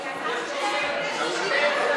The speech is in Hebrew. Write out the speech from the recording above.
יש סדר.